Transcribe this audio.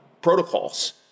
protocols